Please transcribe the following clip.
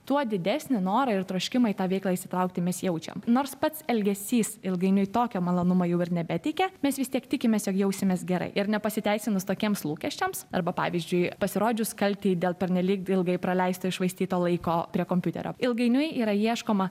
tuo didesnį norą ir troškimą į tą veiklą įsitraukti mes jaučiam nors pats elgesys ilgainiui tokio malonumo jau ir nebeteikia mes vis tiek tikimės jog jausimės gerai ir nepasiteisinus tokiems lūkesčiams arba pavyzdžiui pasirodžius kaltei dėl pernelyg ilgai praleisto iššvaistyto laiko prie kompiuterio ilgainiui yra ieškoma